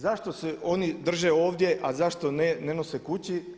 Zašto se oni drže ovdje a zašto ne nose kući?